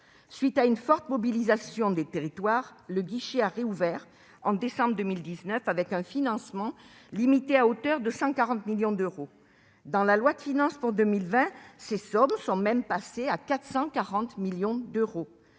suite d'une forte mobilisation des territoires, le guichet a rouvert en décembre 2019, avec un financement limité à 140 millions d'euros. Dans la loi de finances pour 2020, ces sommes sont même passées à 440 millions d'euros.